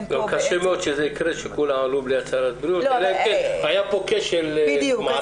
קשה מאוד מצב שכולם עלו בלי הצהרת בריאות אלא אם כן היה כאן כשל מערכתי.